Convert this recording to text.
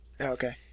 Okay